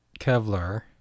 Kevlar